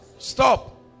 stop